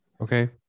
okay